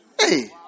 Hey